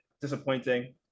disappointing